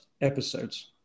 episodes